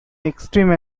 extreme